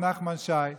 אדוני היושב-ראש,